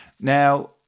Now